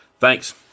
Thanks